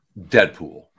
deadpool